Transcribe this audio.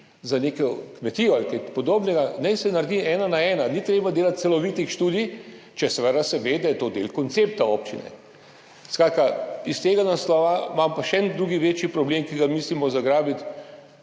za neko kmetijo ali kaj podobnega, naj se naredi ena na ena, ni treba delati celovitih študij, seveda če se ve, da je to del koncepta občine. Iz tega naslova imam pa še en drugi, večji problem, ki ga mislimo zagrabiti.